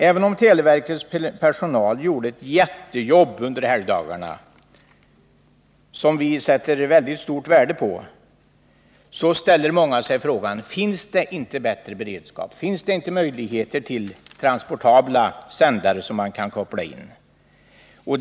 Även om televerkets personal gjorde ett jättejobb under helgdagarna, något som vi sätter mycket stort värde på, ställer sig många frågan: Finns det inte bättre beredskap? Finns det inte möjligheter att ha transportabla sändare, som kan kopplas in vid behov?